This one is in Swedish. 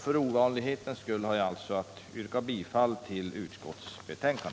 För ovanlighetens skull har jag alltså att yrka bifall till utskottets hemställan.